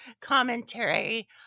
commentary